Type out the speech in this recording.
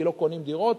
כי לא קונים דירות,